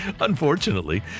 Unfortunately